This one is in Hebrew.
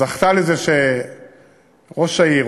זכתה לזה שראש העיר,